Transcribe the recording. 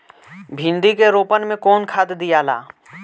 भिंदी के रोपन मे कौन खाद दियाला?